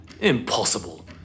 impossible